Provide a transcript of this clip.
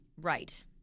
Right